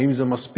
האם זה מספיק?